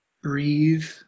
Breathe